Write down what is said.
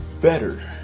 better